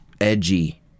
Edgy